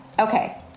Okay